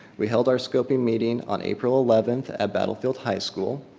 we held our scoping meeting on april eleventh at battlefield high school.